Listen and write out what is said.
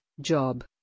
Job